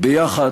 יחד